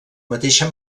mateixa